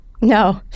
No